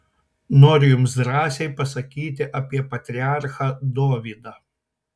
noriu jums drąsiai pasakyti apie patriarchą dovydą